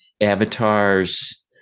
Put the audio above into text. avatars